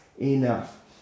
enough